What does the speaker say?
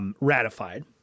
Ratified